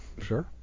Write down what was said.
sure